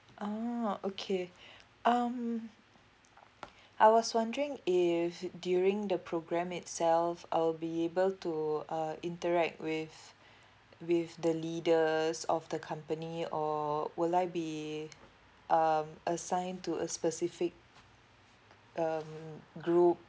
oh okay um I was wondering if during the program itself I'll be able to uh interact with with the leaders of the company or will I be um assign to a specific um group